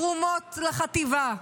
תרומות לחטיבה,